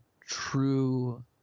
true